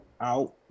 out